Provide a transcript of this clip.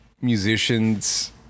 musicians